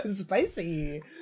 Spicy